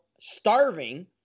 starving